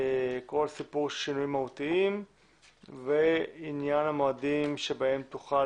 כל הסיפור של שינויים מהותיים ועניין המועדים בהם תוכל